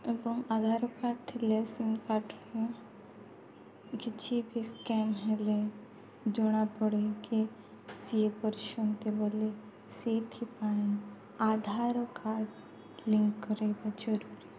ଏବଂ ଆଧାର କାର୍ଡ଼୍ ଥିଲେ ସିମ୍ କାର୍ଡ଼୍ରେ କିଛି ବି ସ୍କେମ୍ ହେଲେ ଜଣାପଡ଼େ କି ସିଏ କରିଛନ୍ତି ବୋଲି ସେଥିପାଇଁ ଆଧାର କାର୍ଡ଼୍ ଲିଙ୍କ୍ କରାଇବା ଜରୁରୀ